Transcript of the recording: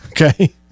okay